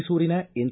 ಮೈಸೂರಿನ ಎನ್